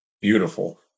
Beautiful